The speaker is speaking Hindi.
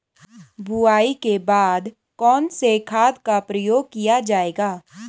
बुआई के बाद कौन से खाद का प्रयोग किया जायेगा?